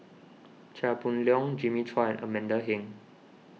Chia Boon Leong Jimmy Chua and Amanda Heng